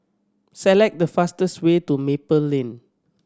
select the fastest way to Maple Lane